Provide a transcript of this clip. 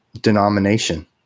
denomination